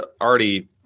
already